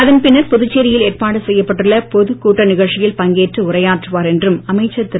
அதன் பின்னர் புதுச்சேரியில் ஏற்பாடு செய்யப்பட்டுள்ள பொதுக் கூட்ட நிகழ்ச்சியில் பங்கேற்று உரையாற்றுவார் என்றும் அமைச்சர் திரு